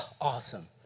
awesome